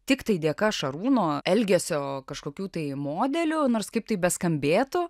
tiktai dėka šarūno elgesio kažkokių tai modelių nors kaip tai beskambėtų